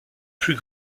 plus